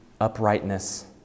uprightness